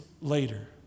later